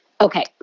okay